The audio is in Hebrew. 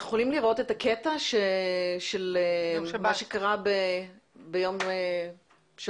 אנחנו יכולים לראות את הקטע של מה שקרה ביום שבת?